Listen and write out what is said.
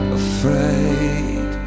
afraid